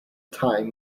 time